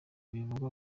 bivugwa